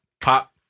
pop